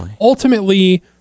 ultimately